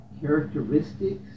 characteristics